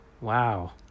Wow